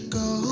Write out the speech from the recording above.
go